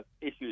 issues